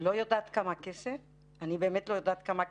אני באמת לא יודעת כמה כסף.